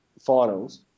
Finals –